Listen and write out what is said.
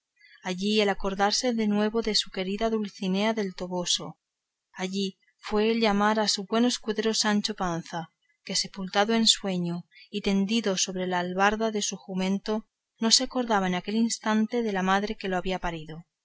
allí el acordarse de nuevo de su querida dulcinea del toboso allí fue el llamar a su buen escudero sancho panza que sepultado en sueño y tendido sobre el albarda de su jumento no se acordaba en aquel instante de la madre que lo había parido